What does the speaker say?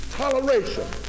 toleration